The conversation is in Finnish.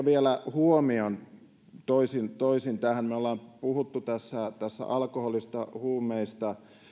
huomion vielä toisin tähän me olemme puhuneet tässä alkoholista huumeista